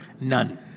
None